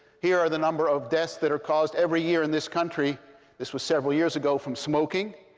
here are the number of deaths that are caused every year in this country this was several years ago from smoking.